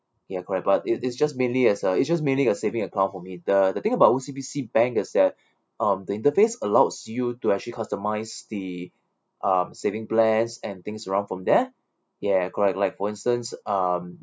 ya correct but it it's just mainly as a is just mainly a saving account for me the the thing about O_C_B_C bank is that um the interface allows you to actually customise the um saving plans and things around from there yeah correct like for instance um